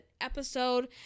episode